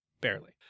Barely